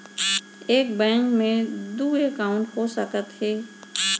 एक बैंक में दू एकाउंट हो सकत हे?